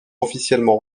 officiellement